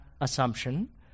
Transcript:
assumption